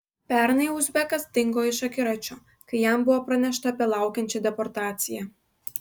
pernai uzbekas dingo iš akiračio kai jam buvo pranešta apie laukiančią deportaciją